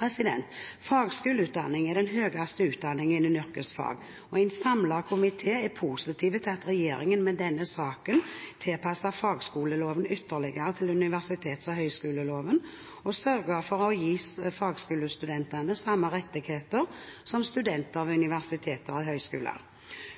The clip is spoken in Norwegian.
vurdert. Fagskoleutdanning er den høyeste utdanningen innen yrkesfag, og en samlet komité er positiv til at regjeringen med denne saken tilpasser fagskoleloven ytterligere til universitets- og høyskoleloven og sørger for å gi fagskolestudentene samme rettigheter som studenter ved universiteter og høyskoler.